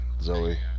Zoe